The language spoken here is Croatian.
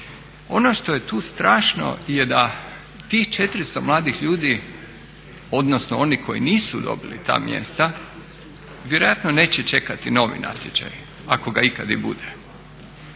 Ono što je tu strašno je da tih 400 mladih ljudi odnosno oni koji nisu dobili ta mjesta vjerojatno neće čekati novi natječaj, ako ga ikad i bude.